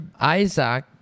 Isaac